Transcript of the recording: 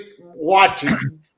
watching